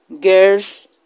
girls